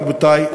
רבותי,